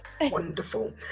Wonderful